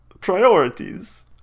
priorities